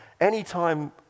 anytime